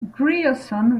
grierson